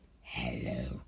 Hello